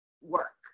work